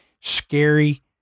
scary